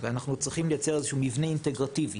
לכן אנחנו צריכים לייצר איזה שהוא מבנה אינטגרטיבי,